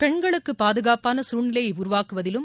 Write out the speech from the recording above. பெண்களுக்கு பாதுகாப்பான சூழ்நிலையை உருவாக்குவதிலும்